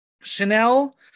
Chanel